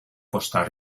costa